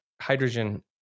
hydrogen